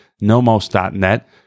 nomos.net